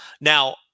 Now